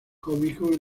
cómico